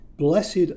Blessed